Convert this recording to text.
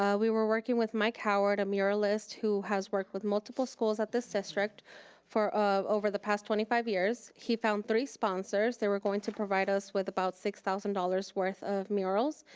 um we were working with mike howard, a muralist, who has worked with multiple schools at this district for over the past twenty five years. he found three sponsors. they were going to provide us with about six thousand dollars worth of murals.